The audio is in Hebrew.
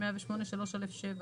108(3)(א)(7),